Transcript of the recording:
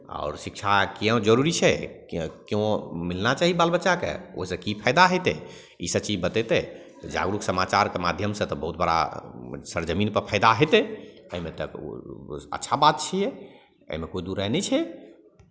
आओर शिक्षा क्योँ जरूरी छै किएक क्योँ मिलना चाही बाल बच्चाकेँ ओहिसँ की फाइदा हेतै इसभ चीज बतयतै जागरूक समाचारके माध्यमसँ तऽ बहुत बड़ा सरजमीनपर फाइदा हेतै एहिमे तऽ बहुत अच्छा बात छियै एहिमे कोइ दू राय नहि छै